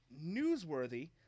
Newsworthy